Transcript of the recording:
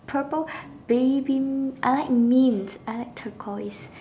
purple baby m~ I like mint I like turquoise